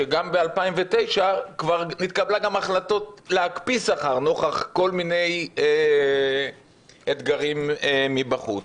שגם ב-2009 כבר נתקבלו החלטות להקפיא שכר נוכח כל מיני אתגרים מבחוץ.